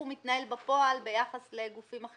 אתה יכול לומר לנו איך הוא מתנהל בפועל ביחס לגופים אחרים.